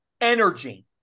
energy